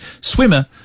swimmer